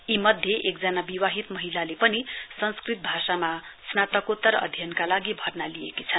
यी मध्ये एकजना विवाहित महिलाले पनि संस्कृत भाषामा स्नातकोत्तर अध्ययनका लागि भर्ना लिएकी छन्